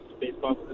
baseball